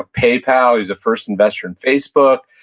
ah paypal, he's the first investor in facebook,